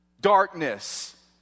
darkness